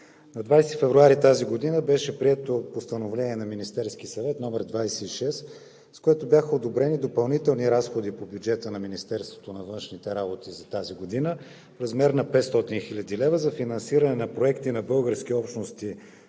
На 20 февруари тази година беше прието Постановление на Министерския съвет № 26, с което бяха одобрени допълнителни разходи по бюджета на Министерството на външните работи за тази година в размер на 500 хил. лв. за финансиране на проекти на български общности